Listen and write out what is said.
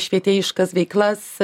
švietėjiškas veiklas